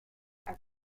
are